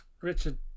Richard